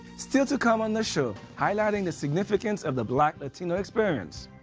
still to come on the show highlighting the significance of the black latino experience.